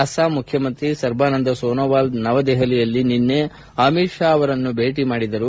ಅಸ್ನಾಂ ಮುಖ್ಯಮಂತ್ರಿ ಸರ್ಬನಂದಾ ಸೋನೊವಾಲ್ ನವದೆಹಲಿಯಲ್ಲಿ ನಿನ್ನೆಅಮಿತ್ ಶಾ ಅವರನ್ನು ಭೇಟ ಮಾಡಿದರು